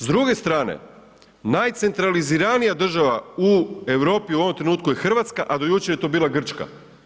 S druge strane najcentraliziranija država u Europi u ovom trenutku je Hrvatska, a do jučer je to bila Grčka.